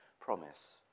promise